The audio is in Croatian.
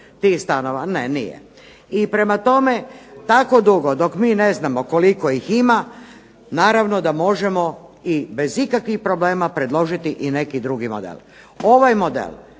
Je./... Ne nije. I prema tome, tako dugo dok mi ne znamo koliko ih ima naravno da možemo i bez ikakvih problema predložiti i neki drugi model. Ovaj model